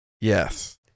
Yes